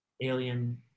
alien